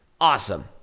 Awesome